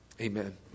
Amen